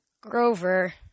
Grover